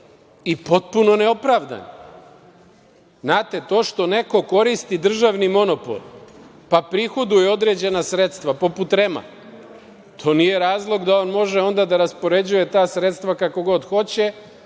i potpuno neopravdano? Znate, to što neko koristi državni monopol, pa prihoduje određena sredstva poput REM-a, to nije razlog da on može onda da raspoređuje ta sredstva kako god hoće